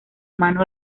mano